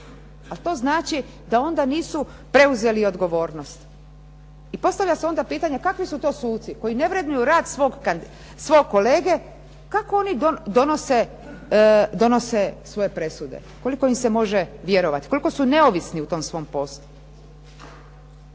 a to znači da onda nisu preuzeli odgovornost. I postavlja se onda pitanje kakvi su to suci koji ne vrednuju rad svog kolege, kako oni donose svoje presude, koliko im se može vjerovati? Koliko su neovisni u tom svom poslu?